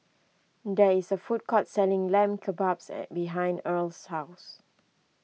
there is a food court selling Lamb Kebabs an behind Irl's house